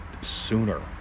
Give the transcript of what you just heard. sooner